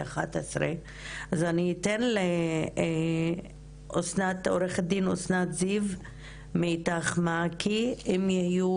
השעה 11:00. אז אני אתן עכשיו לעו"ד אסנת זיו מ"אית"ך מעכי" ואם יהיו